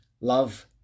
love